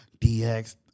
DX